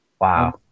Wow